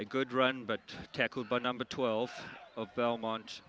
a good run but tackled by number twelve of belmont